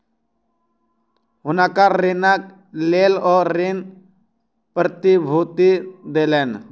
हुनकर ऋणक लेल ओ ऋण प्रतिभूति देलैन